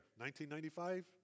1995